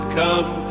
come